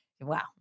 Wow